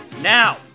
Now